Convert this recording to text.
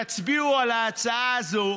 תצביעו על ההצעה הזאת